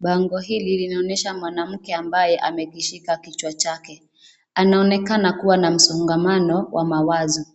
Bango hili linaonyesha mwanamke ambaye amejishika kichwa chake, anaonekana kuwa na msongamano wa mawazo.